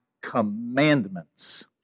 commandments